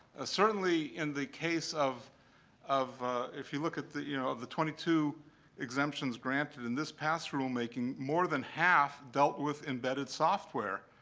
ah certainly, in the case of of if you look at the, you know, the twenty two exemptions granted in this past rule-making, more than half dealt with embedded software.